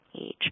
age